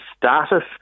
status